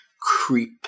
creep